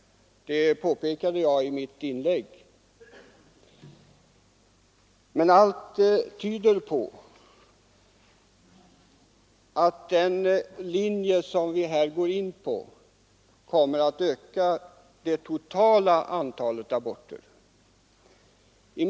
Det påpekade jag också i mitt förra inlägg. Men allt tyder på att den linje som man i propositionen slår in på kommer att öka det totala antalet aborter.